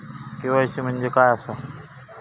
KYC म्हणजे काय आसा?